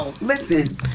Listen